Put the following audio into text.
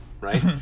right